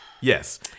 yes